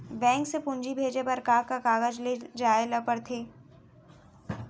Bank से पूंजी भेजे बर का का कागज ले जाये ल पड़थे?